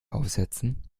aufsetzen